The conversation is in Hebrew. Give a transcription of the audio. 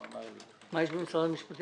הוא אמר לי -- מה יש במשרד המשפטים?